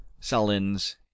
Salins